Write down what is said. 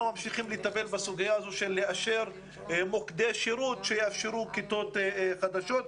ממשיכים לטפל בסוגיה הזאת על מנת לאשר מוקדי שירות שיאפשרו כיתות חדשות.